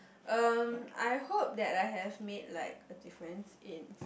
um I hope that I have made like a difference in